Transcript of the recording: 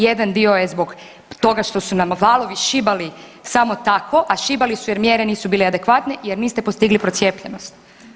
Jedan dio je zbog toga što su nam valovi šibali samo tako, a šibali su jer mjere nisu bile adekvatne, jer niste postigli procijepljenost.